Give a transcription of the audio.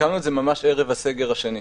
ממש ערב הסגר השני.